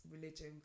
religion